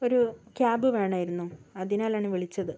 ഒരു ക്യാബ് വേണമായിരുന്നു അതിനാലാണ് വിളിച്ചത്